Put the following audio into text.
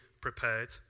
prepared